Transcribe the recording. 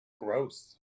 Gross